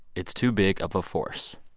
it's too big of a force.